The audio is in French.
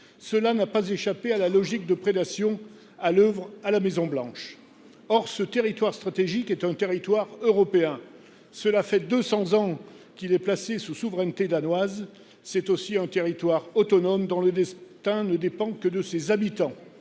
Cela n’a pas échappé à la logique de prédation à l’œuvre à la Maison Blanche. Or ce territoire stratégique est un territoire européen ; cela fait deux cents ans qu’il est placé sous souveraineté danoise. C’est aussi un territoire autonome, dont le destin ne dépend que de ses habitants.